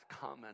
common